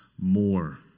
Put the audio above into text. more